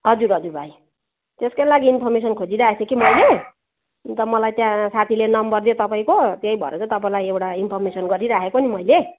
हजुर हजुर भाइ त्यसकै लागि इन्फर्मेसन खोजी राखेको थिएँ कि मैले अन्त मलाई त्यहाँ साथीले नम्बर दियो तपाईँको त्यही भएर चाहिँ तपाईँलाई एउटा इन्फर्मेसन गरी राखेको नि मैले